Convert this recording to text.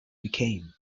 became